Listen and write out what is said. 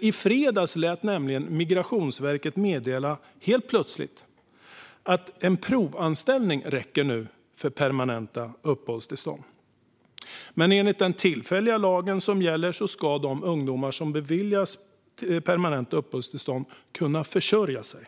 I fredags lät nämligen Migrationsverket helt plötsligt meddela att provanställning nu räcker för permanenta uppehållstillstånd. Enligt den tillfälliga lagen som gäller ska dock de ungdomar som beviljas permanent uppehållstillstånd kunna försörja sig.